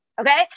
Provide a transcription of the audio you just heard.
Okay